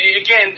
again